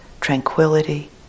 tranquility